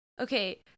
Okay